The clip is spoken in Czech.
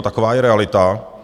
Taková je realita.